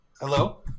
Hello